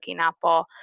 apple